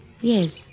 Yes